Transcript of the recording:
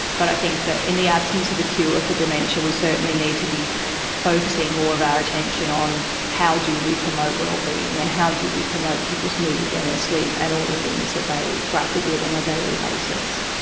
but i think in the absence of a cure for dementia we certainly need to be focusing more of our attention on how do we promote wellbeing and how do we promote people's mood and their ah sleep and all the things that they grapple with on a daily basis.